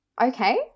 Okay